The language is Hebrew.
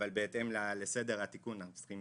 אבל בהתאם לסדר התיקון אנחנו צריכים